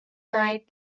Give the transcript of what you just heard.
night